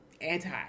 anti